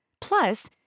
plus